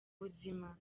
buzima